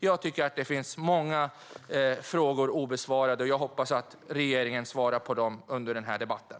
Jag tycker att många frågor är obesvarade. Jag hoppas att regeringen svarar på dem under debatten.